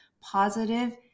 positive